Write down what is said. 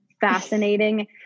fascinating